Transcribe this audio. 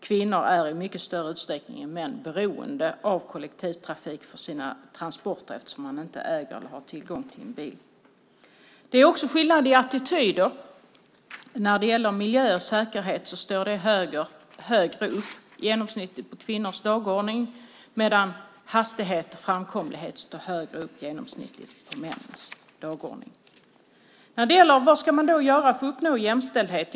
Kvinnor är i mycket större utsträckning än män beroende av kollektivtrafik för sina transporter eftersom de inte äger eller har tillgång till bil. Det är också skillnad i attityder. Miljö och säkerhet står, genomsnittligt, högre upp på kvinnors dagordning medan hastighet och framkomlighet står genomsnittligt högre upp på männens dagordning. Vad ska man då göra för att uppnå jämställdhet?